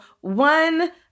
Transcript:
one